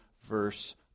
verse